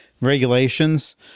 regulations